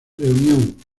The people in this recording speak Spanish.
reunión